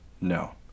No